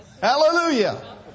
Hallelujah